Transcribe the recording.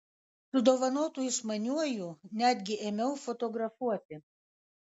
su dovanotu išmaniuoju netgi ėmiau fotografuoti